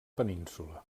península